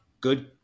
good